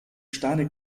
steinig